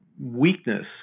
weakness